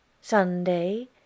Sunday